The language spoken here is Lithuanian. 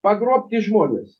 pagrobti žmonės